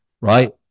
right